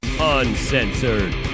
Uncensored